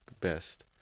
best